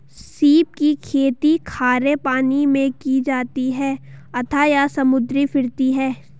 सीप की खेती खारे पानी मैं की जाती है अतः यह समुद्री फिरती है